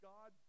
God